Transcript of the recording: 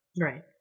Right